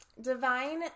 divine